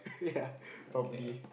ya probably